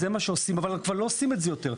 אבל כבר לא עושים את זה יותר.